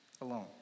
alone